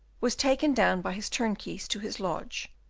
was taken down by his turnkeys to his lodge,